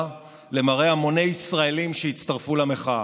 למראה המוני ישראלים שהצטרפו למחאה.